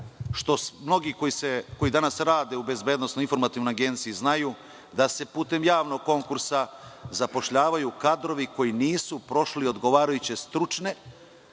što mnogi koji danas rade u Bezbednosno informacionoj agenciji znaju, da se putem javnog konkursa zapošljavaju kadrovi koji nisu prošli odgovarajuće stručne